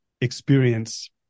experience